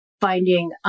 finding